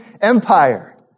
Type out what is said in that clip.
empire